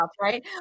right